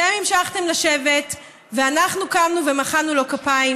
אתם המשכתם לשבת ואנחנו קמנו ומחאנו לו כפיים,